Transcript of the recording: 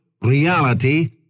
reality